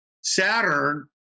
Saturn